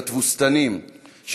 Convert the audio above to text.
של התבוסתנים,